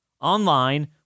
online